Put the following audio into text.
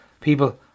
People